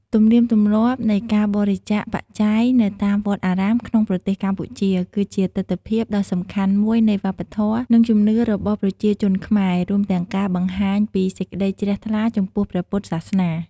ទំនៀមទម្លាប់នៃការបរិច្ចាគបច្ច័យនៅតាមវត្តអារាមក្នុងប្រទេសកម្ពុជា គឺជាទិដ្ឋភាពដ៏សំខាន់មួយនៃវប្បធម៌ និងជំនឿរបស់ប្រជាជនខ្មែរ រួមទាំងការបង្ហាញពីសេចក្តីជ្រះថ្លាចំពោះព្រះពុទ្ធសាសនា។